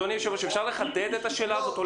אפשר לחדד את השאלה הזו?